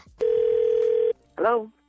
Hello